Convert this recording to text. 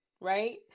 right